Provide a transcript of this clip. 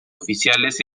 oficiales